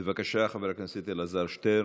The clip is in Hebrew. בבקשה, חבר הכנסת אלעזר שטרן,